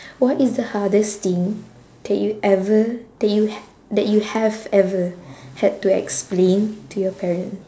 what is the hardest thing that you ever that you h~ that you have ever had to explain to your parent